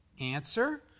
Answer